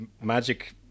magic